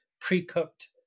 pre-cooked